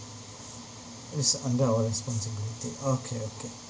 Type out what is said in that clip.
it's under our responsibility okay okay